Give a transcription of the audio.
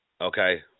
Okay